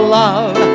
love